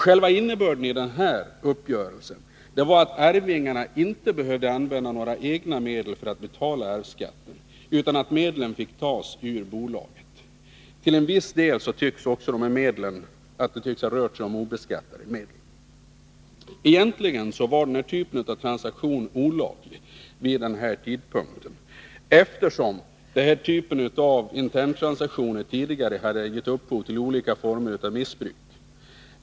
Själva innebörden i uppgörelsen var att arvingarna inte behövde använda några egna medel för att betala arvsskatten, utan att medlen fick tas ur bolaget. Till en viss del tycks det också ha rört sig om obeskattade medel. Egentligen var den här typen av interntransaktion olaglig vid den här tidpunkten, eftersom den tidigare hade gett upphov till olika former av missbruk.